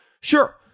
Sure